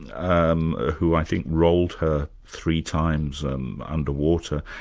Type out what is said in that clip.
um who i think rolled her three times um underwater,